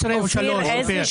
13 או 3?